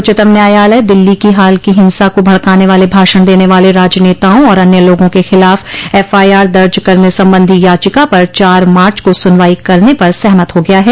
उच्चतम न्यायालय दिल्ली की हाल की हिंसा को भड़काने वाले भाषण देने वाले राजनेताओं और अन्य लोगों के खिलाफ एफआईआर दर्ज करने संबंधी याचिका पर चार मार्च को सुनवाई करने पर सहमत हो गया है